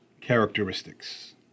characteristics